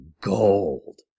gold